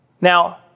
Now